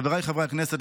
חבריי חברי הכנסת,